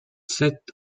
sept